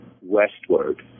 westward